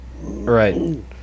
right